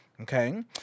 Okay